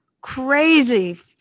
crazy